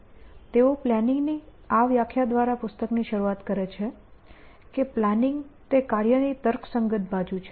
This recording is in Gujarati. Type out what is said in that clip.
તેઓ પ્લાનિંગની આ વ્યાખ્યા દ્વારા પુસ્તકની શરૂઆત કરે છે કે પ્લાનિંગ તે કાર્ય ની તર્કસંગત બાજુ છે